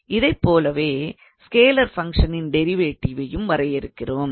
இதைப்போலவே ஸ்கேலார் ஃபங்க்ஷனின் டிரைவேட்டிவையும் வரையறுக்கிறோம்